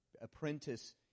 Apprentice